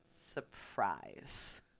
surprise